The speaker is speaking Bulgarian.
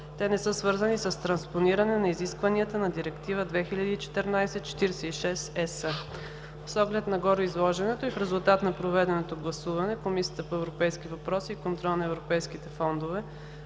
Те не са свързани с транспониране на изискванията на Директива 2014/46/ЕС. С оглед на гореизложеното и в резултат на проведеното гласуване Комисията по европейските въпроси и контрол на европейските фондове